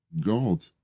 God